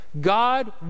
God